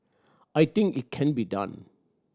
I think it can be done